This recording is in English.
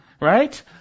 right